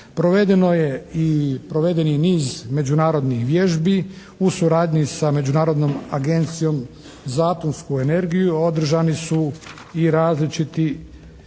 Provedeno je i provedeni niz međunarodnih vježbi u suradnji sa Međunarodnom agencijom za atomsku energiju. Održani su i različiti